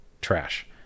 trash